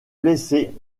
blessé